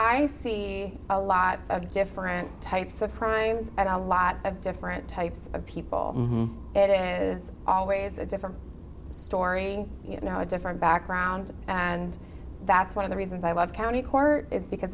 i see a lot of different types of crimes lot of different types of people it is always a different story you know a different background and that's one of the reasons i love county court is because